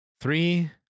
Three